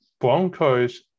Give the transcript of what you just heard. Broncos